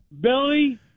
Billy